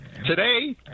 today